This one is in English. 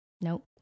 Nope